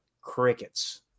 Crickets